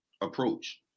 approach